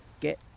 get